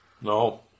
No